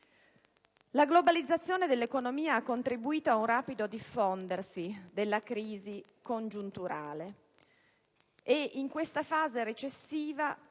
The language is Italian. La globalizzazione dell'economia ha contribuito ad un rapido diffondersi della crisi congiunturale. In questa fase recessiva,